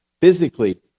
Physically